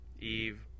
Eve